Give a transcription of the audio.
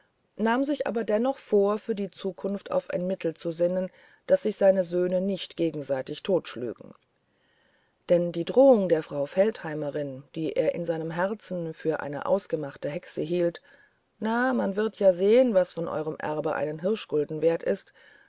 nahm sich aber dennoch vor für die zukunft auf ein mittel zu sinnen daß sich seine söhne nicht gegenseitig totschlügen denn die drohung der frau feldheimerin die er in seinem herzen für eine ausgemachte hexe hielt na man wird ja sehen was von eurem erbe einen hirschgulden wert ist